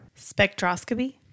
Spectroscopy